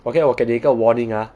okay ah 我给你一个 warning ah